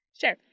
Sure